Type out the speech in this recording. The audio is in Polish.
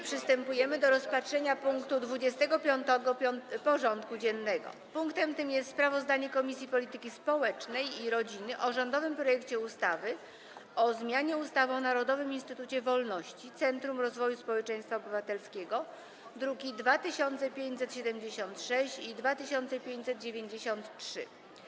Przystępujemy do rozpatrzenia punktu 25. porządku dziennego: Sprawozdanie Komisji Polityki Społecznej i Rodziny o rządowym projekcie ustawy o zmianie ustawy o Narodowym Instytucie Wolności - Centrum Rozwoju Społeczeństwa Obywatelskiego (druki nr 2576 i 2593)